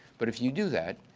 but if you do that,